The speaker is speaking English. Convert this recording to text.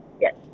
yes